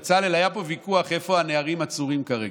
בצלאל, היה פה ויכוח איפה הנערים עצורים כרגע,